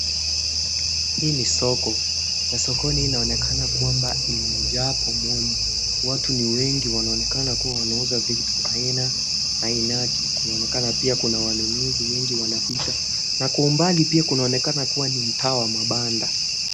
Hii ni soko. Na sokoni inaonekana kwamba imejaa pomoni. Watu ni wengi wanaonekana kua wanauza vitu aina ainadi. Kunaonekana pia kuna wanunuzi wengi wanapita. Na kwa umbali pia kuonaonekana kua ni mtaa wa mabanda.